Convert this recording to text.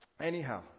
anyhow